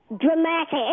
dramatic